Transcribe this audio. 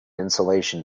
insulation